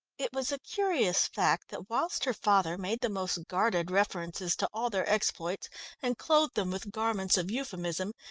it was a curious fact that whilst her father made the most guarded references to all their exploits and clothed them with garments of euphemism,